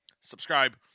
subscribe